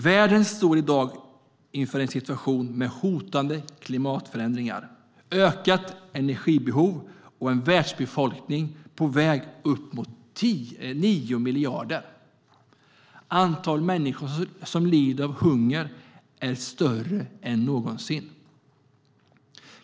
Världen står i dag inför hotande klimatförändringar, ökat energibehov och en världsbefolkning på väg upp mot 9 miljarder. Antalet människor som lider av hunger är större än någonsin.